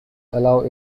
allow